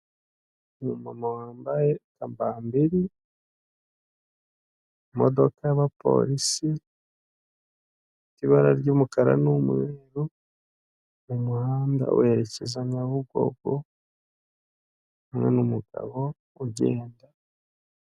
Imodoka yu'mweru iri mu muhanda wumukara ifite amapine y'umukara, iri mu mabara yu'mweru ndetse harimo n'mabara y'umuhondo, iruhande rwayo hari ipikipiki itwaye umuntu umwe wambaye agakote k'umuhondo ndetse n'ubururu, ipantaro y'umweru ndetse numupira w'mweru n'undi wambaye umupira wumukara ipantaro y'umuhondo werurutse n'ingofero y'ubururu ahetse n'igikapu cy'umukara.